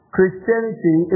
Christianity